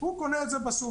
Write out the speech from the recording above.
הוא קונה את זה בסופר.